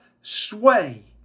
sway